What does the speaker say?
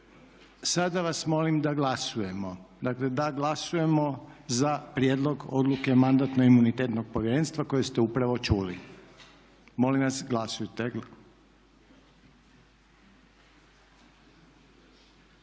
Sada vas molim da glasujemo, da glasujemo za prijedlog odluke Mandatno imunitetnog povjerenstva koje ste upravo čuli. Molim vas glasujte.